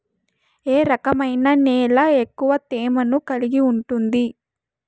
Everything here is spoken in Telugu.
ఏ రకమైన నేల ఎక్కువ తేమను కలిగి ఉంటుంది?